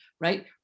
right